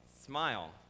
smile